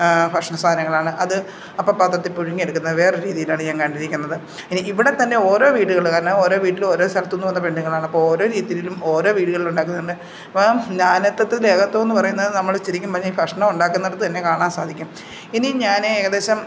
ഭക്ഷണ സാധനങ്ങളാണ് അത് അപ്പപ്പാത്രത്തിൽ പുഴുങ്ങിയെടുക്കുന്ന വേറെ രീതിയിലാണ് ഞാൻ കണ്ടിരിക്കുന്നത് ഇനി ഇവിടെത്തന്നെ ഓരോ വീടുകളിൽ കാരണം ഓരോ വീട്ടിലും ഓരോ സ്ഥലത്തു നിന്നു വന്ന പെണ്ണുങ്ങളാണ് അപ്പോളോരോ രീതിയിലും ഓരോ വീടുകളിലുണ്ടാക്കുന്നതെന്നു പറഞ്ഞാൽ ഇപ്പം നാനാത്വത്തിൽ ഏകത്വമെന്നു പറയുന്നതു നമ്മൾ ശരിക്കും പറഞ്ഞാൽ ഈ ഭക്ഷണമുണ്ടാക്കുന്നിടത്തു തന്നെ കാണാൻ സാധിക്കും ഇനി ഞാൻ ഏകദേശം